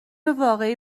واقعی